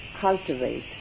cultivate